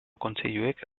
kontseiluek